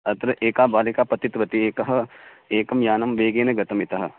अत्र एका बालिका पतितवति एकः एकं यानं वेगेन गतं इतः